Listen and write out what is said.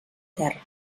terra